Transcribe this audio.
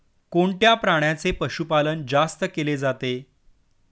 कोणत्या प्राण्याचे पशुपालन जास्त केले जाते?